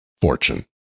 fortune